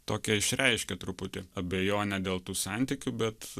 tokią išreiškė truputį abejonę dėl tų santykių bet